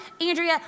Andrea